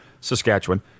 Saskatchewan